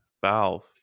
Valve